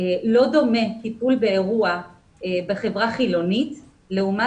לא דומה טיפול באירוע בחברה חילונית לעומת